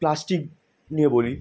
plastic নিয়ে বলি